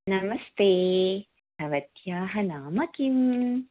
नमस्ते भवत्याः नाम किम्